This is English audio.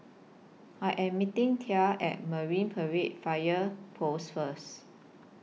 I Am meeting Thad At Marine Parade Fire Post First